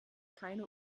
keine